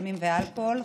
סמים ואלכוהול.